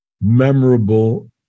memorable